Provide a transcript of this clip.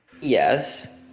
yes